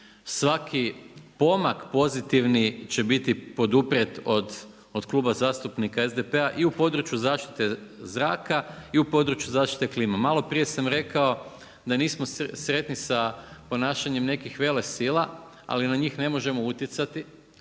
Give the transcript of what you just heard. svaki pomak pozitivni će biti poduprijet od Kluba zastupnika SDP-a i u području zaštite zraka i u području zaštite klime. Maloprije sam rekao da nismo sretni sa ponašanjem nekih velesila ali na njih ne možemo utjecati,